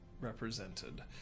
represented